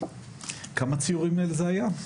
כמה ציורים אלה היו?